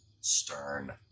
stern